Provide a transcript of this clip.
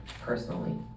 personally